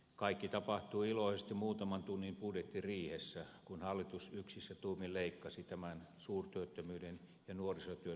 kaikki tapahtui iloisesti muutaman tunnin budjettiriihessä kun hallitus yksissä tuumin tämän leikkasi tämän suurtyöttömyyden ja nuorisotyöttömyyden aikana